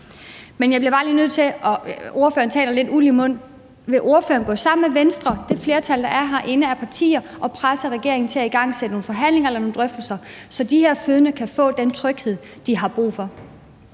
Men jeg bliver bare lige nødt til at spørge, for ordføreren taler lidt med uld i munden, om ordføreren vil gå sammen med Venstre og det flertal af partier, der er herinde, og presse regeringen til at igangsætte nogle forhandlinger eller nogle drøftelser, så de her fødende kan få den tryghed, de har brug for.